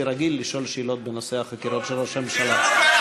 רגיל לשאול שאלות בנושא החקירות של ראש הממשלה.